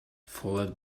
fueled